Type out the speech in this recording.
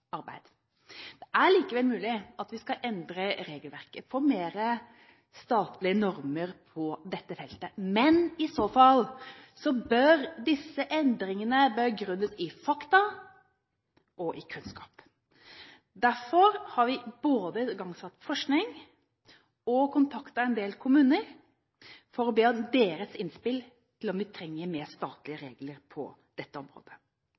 Det er likevel mulig at vi skal endre regelverket, få flere statlige normer på dette feltet, men i så fall bør disse endringene begrunnes i fakta og i kunnskap. Derfor har vi både igangsatt forskning og kontaktet en del kommuner for å be om deres innspill til om vi trenger flere statlige regler på dette området.